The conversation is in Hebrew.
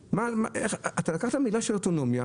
לקחת מידה של אוטונומיה.